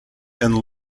and